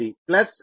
8 j0